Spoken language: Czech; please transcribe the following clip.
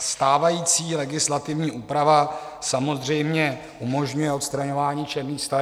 Stávající legislativní úprava samozřejmě umožňuje odstraňování černých staveb.